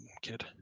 kid